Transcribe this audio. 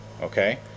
Okay